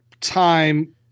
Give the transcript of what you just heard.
time